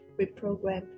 reprogram